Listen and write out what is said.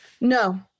No